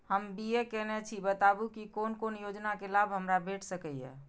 हम बी.ए केनै छी बताबु की कोन कोन योजना के लाभ हमरा भेट सकै ये?